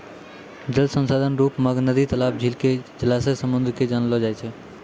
जल संसाधन रुप मग नदी, तलाब, झील, जलासय, समुन्द के जानलो जाय छै